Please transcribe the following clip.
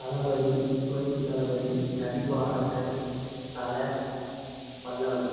தளபதி புரட்சித்தளபதி நடிப்பு அரக்கன் தலை வல்லவன்